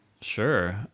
Sure